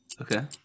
Okay